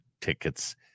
tickets